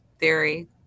theory